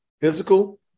Physical